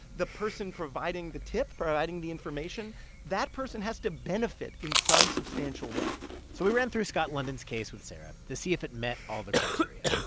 the person providing the tip, providing the information that person has to benefit in some substantial way so we ran through scott london's case with sarah to see if it met all the criteria.